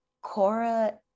Cora